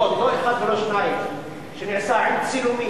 מאות, לא אחד ולא שניים, עם צילומים,